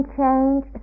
change